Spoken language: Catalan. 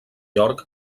york